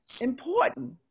Important